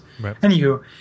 Anywho